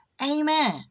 Amen